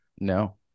No